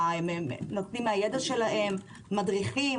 אלא נותנים מהידע שלהם כמו: מדריכים,